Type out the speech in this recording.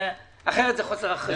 אחרת זה חוסר אחריות.